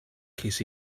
ces